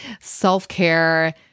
self-care